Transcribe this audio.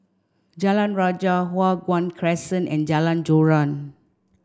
Jalan Rajah Hua Guan Crescent and Jalan Joran